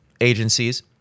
agencies